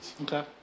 Okay